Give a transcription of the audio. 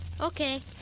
Okay